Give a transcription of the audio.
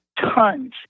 tons